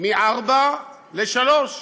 מ-4 ל-3,